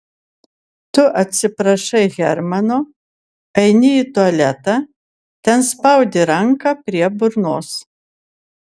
tu atsiprašai hermano eini į tualetą ten spaudi ranką prie burnos